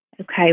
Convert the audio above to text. Okay